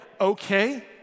Okay